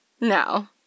No